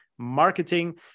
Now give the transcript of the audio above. marketing